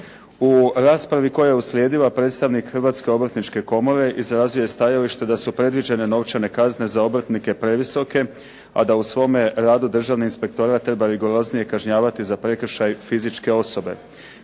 U raspravi koja je uslijedila predstavnik Hrvatske obrtničke komore izrazio je stajalište da su predviđene novčane kazne za obrtnike previsoke, a da u svome radu Državni inspektorat treba rigoroznije kažnjavati za prekršaj fizičke osobe.